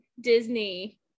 disney